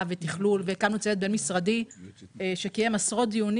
ותכלול והקמנו צוות בין-משרדי שקיים עשרות דיונים